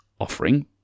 offering